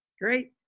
great